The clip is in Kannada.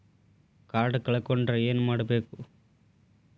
ಕಾರ್ಡ್ ಕಳ್ಕೊಂಡ್ರ ಏನ್ ಮಾಡಬೇಕು?